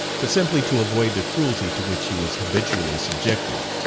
but simply to avoid the cruelty to which he was habitually subjected.